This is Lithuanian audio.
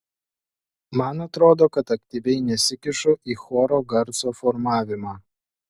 man atrodo kad aktyviai nesikišu į choro garso formavimą